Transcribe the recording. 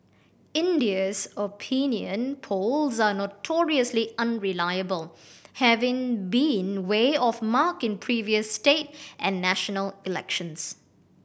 India's opinion polls are notoriously unreliable having been way off mark in previous state and national elections